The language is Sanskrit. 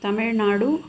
तमिल्नाडुः